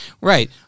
Right